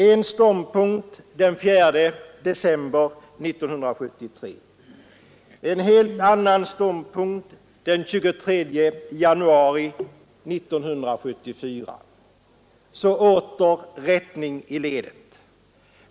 En ståndpunkt den 4 december 1973, en helt annan ståndpunkt den 23 januari 1974, och så åter rättning i ledet.